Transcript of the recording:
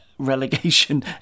relegation